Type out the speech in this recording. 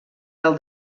del